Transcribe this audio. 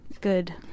good